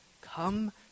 Come